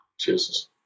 Jesus